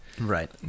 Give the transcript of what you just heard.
right